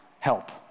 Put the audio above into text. help